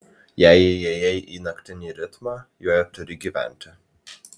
jei įėjai į naktinį ritmą juo ir turi gyventi